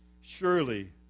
Surely